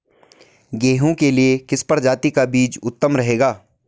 गेहूँ के लिए किस प्रजाति का बीज उत्तम रहेगा?